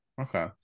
Okay